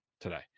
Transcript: today